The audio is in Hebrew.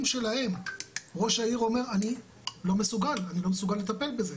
שלהם ראש העיר אומר אני לא מסוגל לטפל בזה,